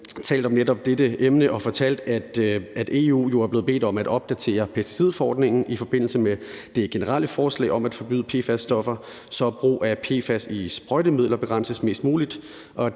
og fortalt, at EU jo er blevet bedt om at opdatere pesticidforordningen i forbindelse med det generelle forslag om at forbyde PFAS-stoffer, så brug af PFAS i sprøjtemidler begrænses mest muligt,